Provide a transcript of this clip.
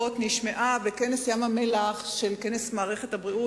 נשמעה בכנס ים-המלח של מערכת הבריאות,